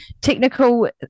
technical